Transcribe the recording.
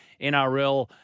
NRL